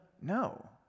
no